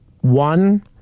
one